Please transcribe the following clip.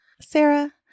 Sarah